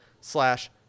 slash